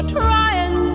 trying